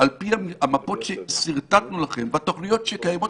על פי המפות ששרטטנו לכם והתוכניות שקיימות